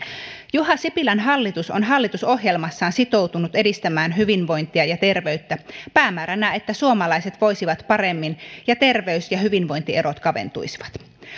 juha sipilän hallitus on hallitusohjelmassaan sitoutunut edistämään hyvinvointia ja terveyttä päämääränään että suomalaiset voisivat paremmin ja terveys ja hyvinvointierot kaventuisivat